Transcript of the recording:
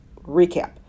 recap